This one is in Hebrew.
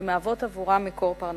שמהוות עבורם מקור פרנסה.